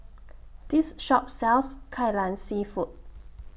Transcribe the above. This Shop sells Kai Lan Seafood